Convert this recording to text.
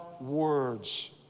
words